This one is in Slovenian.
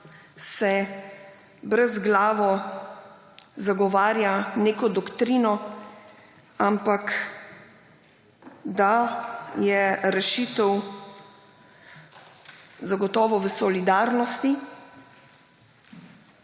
se brezglavo zagovarja neko doktrino, ampak da je rešitev zagotovo v solidarnosti,